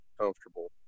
comfortable